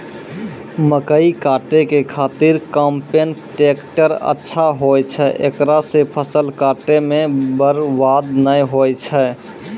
मकई काटै के खातिर कम्पेन टेकटर अच्छा होय छै ऐकरा से फसल काटै मे बरवाद नैय होय छै?